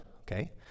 okay